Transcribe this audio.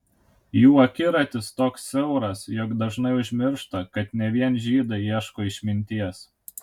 jų akiratis toks siauras jog dažnai užmiršta kad ne vien žydai ieško išminties